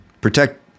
protect